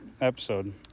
episode